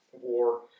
war